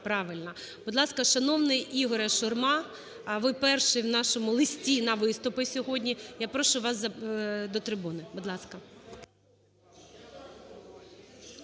Правильно. Будь ласка, шановний ІгорюШурма, ви перший в нашому листі на виступи сьогодні. Я прошу вас до трибуни, будь ласка.